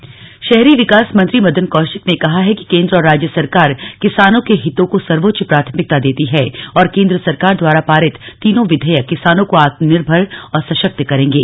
कृशि कानून शहरी विकास मंत्री मदन कौशिक ने कहा है कि केंद्र और राज्य सरकार किसानों के हितों को सर्वोच्च प्राथमिकता देती है और केन्द्र सरकार द्वारा पारित तीनो विधेयक किसानों को आत्मनिर्भर और सशक्त करेगें